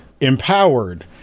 empowered